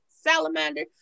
salamander